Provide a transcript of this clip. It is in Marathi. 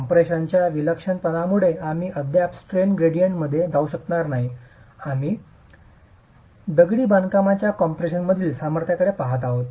कम्प्रेशनच्या विलक्षणपणामुळे आम्ही अद्याप स्ट्रेन ग्रेडियंटमध्ये जाऊ शकणार नाही आणि आम्ही दगडी बांधकामाच्या कॉम्प्रेशनमधील सामर्थ्याकडे पहात आहोत